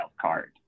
card